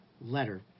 letter